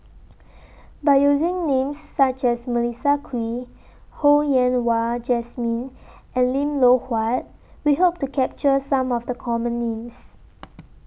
By using Names such as Melissa Kwee Ho Yen Wah Jesmine and Lim Loh Huat We Hope to capture Some of The Common Names